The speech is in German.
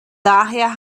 daher